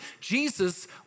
Jesus